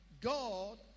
God